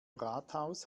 rathaus